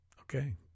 okay